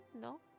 no